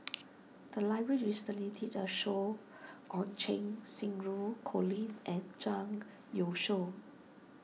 the library recently did a show on Cheng Xinru Colin and Zhang Youshuo